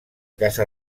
casa